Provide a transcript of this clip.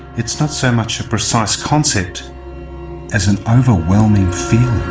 it is not so much a precise concept as an overwhelming feeling.